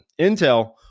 Intel